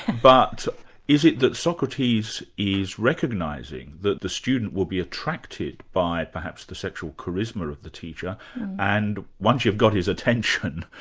but is it that socrates is recognising that the student will be attracted by perhaps the sexual charisma of the teacher and once you've got his attention,